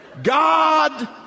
God